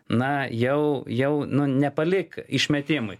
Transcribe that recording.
na jau jau nu nepalik išmetimui